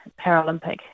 Paralympic